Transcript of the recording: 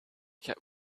kept